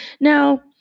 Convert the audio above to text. Now